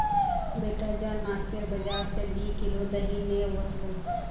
बेटा जा नाकेर बाजार स दी किलो दही ने वसबो